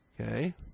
Okay